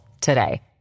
today